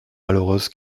malheureuse